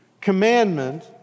commandment